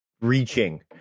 reaching